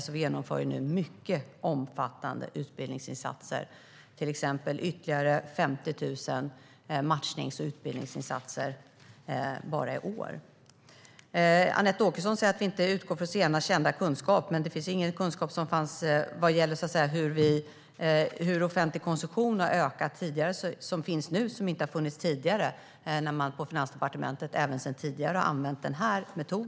Vi genomför mycket omfattande utbildningsinsatser, till exempel ytterligare 50 000 matchnings och utbildningsinsatser bara i år. Anette Åkesson säger att vi inte utgår från senast kända kunskap, men det finns ingen kunskap nu om hur offentlig konsumtion har ökat som inte fanns tidigare när Finansdepartementet använde denna metod.